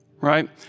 right